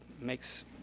makes